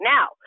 Now